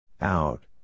Out